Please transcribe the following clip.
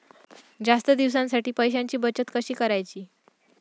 जास्त दिवसांसाठी पैशांची बचत कशी करायची?